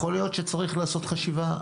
יכול להיות שצריך לעשות חשיבה.